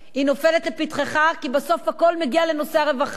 היא נופלת לפתחך כי בסוף הכול מגיע לנושא הרווחה,